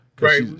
right